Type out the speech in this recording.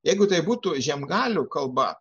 jeigu tai būtų žiemgalių kalba